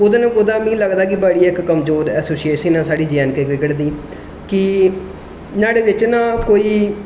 कुदै ना कुदै मी इक लगदा कि बड़ी कमजोर ऐसोसेशन ऐ साढ़ी जे ऐंड के क्रिकेट दी न्हाड़े बिच्च ना कोई